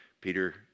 Peter